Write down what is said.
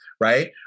Right